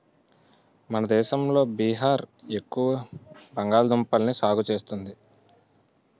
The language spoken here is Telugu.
మన దేశంలో బీహార్ ఎక్కువ బంగాళదుంపల్ని సాగు చేస్తుంది